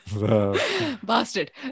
Bastard